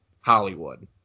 Hollywood